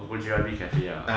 abu jeremy cafe ah